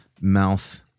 mouth